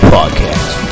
Podcast